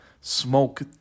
Smoke